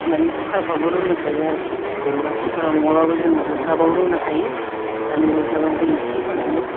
माने कुखारफ्रावबो रुनो हायो आरोखि जेनबा कुखाराव नङाबाबो जोङो अगदाबाव रुनो हायो मानि अगदाबाव दै एसे होनानै